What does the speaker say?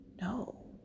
no